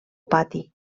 pati